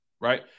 right